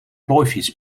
plooifiets